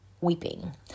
weeping